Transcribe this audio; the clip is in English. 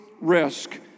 risk